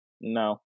No